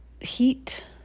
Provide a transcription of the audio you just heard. heat